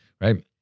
Right